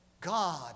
God